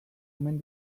omen